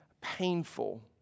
painful